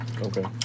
Okay